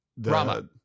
Rama